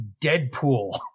Deadpool